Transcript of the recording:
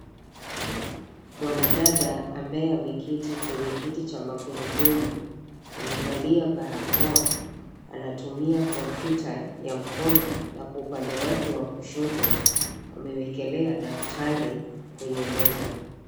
Mwanadada ambaye ameketi kwenye kiti cha magurudumu. Amevalia barakoa. Anatumia kompyuta ya mkono, na kwa upande wake wa kushoto amewekelea daftari kwenye meza.